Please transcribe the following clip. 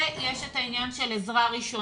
ויש את העניין של עזרה ראשונה.